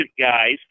guys